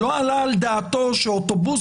ולא עלה על דעתו שאוטובוסים